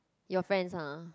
your friends ah